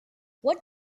what